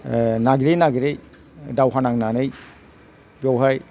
ओह नागिरै नागिरै दावहा नांनानै बेवहाय